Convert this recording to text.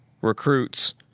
recruits